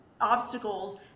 obstacles